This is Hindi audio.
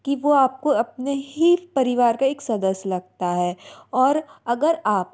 कि वो आप को अपने ही परिवार का एक सदस्य लगता है और अगर आप